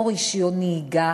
או רישיון נהיגה,